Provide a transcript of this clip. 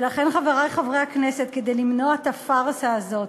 ולכן, חברי חברי הכנסת, כדי למנוע את הפארסה הזאת,